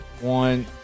one